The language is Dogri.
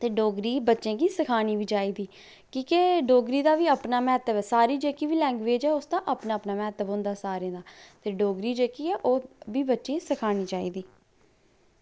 ते डोगरी बच्चें गी सखानी बी चाहिदी की के डोगरी दा बी अपना महत्व सारी जेह्की बी लैंग्वेज़ ऐ ते उसदा अपना अपना महत्व होंदा सारें दा ते डोगरी जेह्की ऐ ओह्बी बच्चें गी सखानी चाहिदी